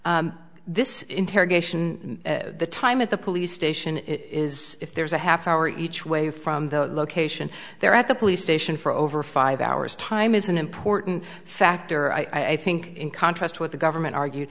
this interrogation the time at the police station is if there's a half hour each way from the location there at the police station for over five hours time is an important factor i think in contrast to what the government argue